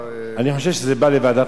אני חושב שזה בא לוועדת החוקה,